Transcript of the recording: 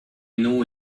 know